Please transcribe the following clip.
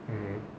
um hmm